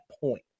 point